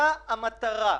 מה המטרה?